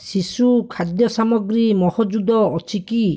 ଶିଶୁ ଖାଦ୍ୟ ସାମଗ୍ରୀ ମହଜୁଦ ଅଛି କି